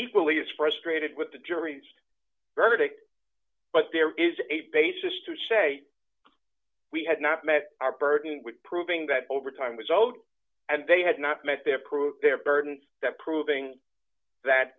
equally as frustrated with the jury's verdict but there is a basis to say we had not met our burden with proving that overtime was owed and they had not met their proof their burden that proving that